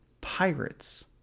Pirates